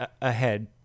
ahead